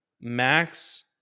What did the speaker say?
Max